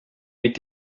mit